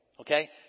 Okay